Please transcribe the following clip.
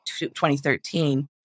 2013